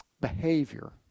behavior